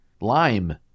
lime